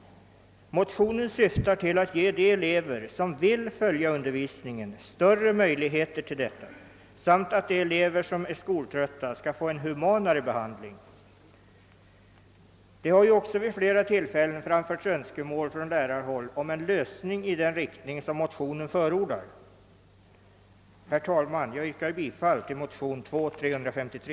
Motionen syftar till att ge de elever som vill följa undervisningen större möjligheter till detta samt att ge de elever som är skoltrötta en humanare behandling. Det har också vid flera tillfällen framförts önskemål från lärarhåll om en lösning i den riktning som motionen förordar. Herr talman! Jag yrkar bifall till motionen II: 353.